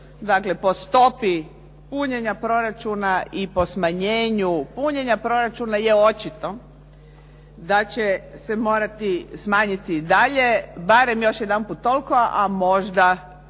dakle po stopi punjenja proračuna i po smanjenju punjenja proračuna je očito da će se morati smanjiti i dalje, barem još jedanput toliko a možda i